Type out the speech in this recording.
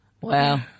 Wow